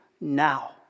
now